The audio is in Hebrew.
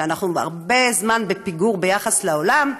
שאנחנו הרבה זמן בפיגור בזה ביחס לעולם,